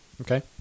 Okay